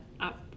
up